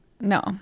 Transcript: No